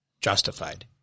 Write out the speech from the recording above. justified